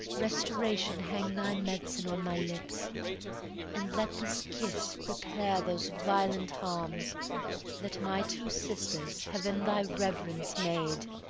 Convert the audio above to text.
restoration hang thy medicine on my lips and let this kiss repair those violent harms that my two sisters have in thy reverence made!